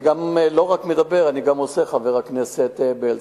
אני לא רק מדבר, אני גם עושה, חבר הכנסת בילסקי,